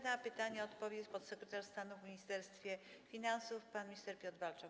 Na pytania odpowie podsekretarz stanu w Ministerstwie Finansów pan minister Piotr Walczak.